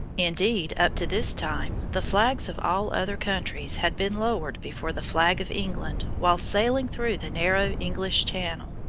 indeed up to this time the flags of all other countries had been lowered before the flag of england while sailing through the narrow english channel.